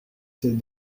ses